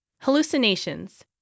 hallucinations